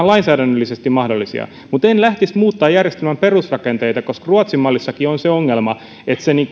lainsäädännöllisesti mahdollisia mutta en lähtisi muuttamaan järjestelmän perusrakenteita koska ruotsin mallissakin on se ongelma että se